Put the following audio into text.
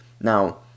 Now